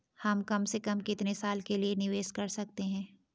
हम कम से कम कितने साल के लिए निवेश कर सकते हैं?